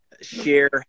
share